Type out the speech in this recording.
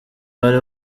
bari